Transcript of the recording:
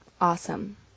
Awesome